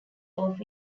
off